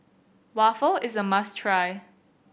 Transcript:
waffle is a must try